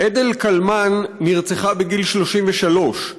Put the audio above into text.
אדל קלמן נרצחה בגיל 33,